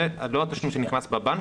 זה לא התשלום שנכנס בבנק,